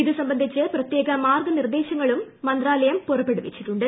ഇത് സംബന്ധിച്ച് പ്രത്യേക മാർഗ്ഗനിർദ്ദേശങ്ങളും മൃത്താലയ്ക് പുറപ്പെടുവിച്ചിട്ടുണ്ട്